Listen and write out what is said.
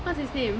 what's his name